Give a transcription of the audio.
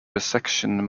resection